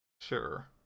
Sure